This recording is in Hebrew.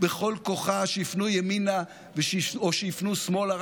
בכל כוחה שיפנו ימינה או שיפנו שמאלה,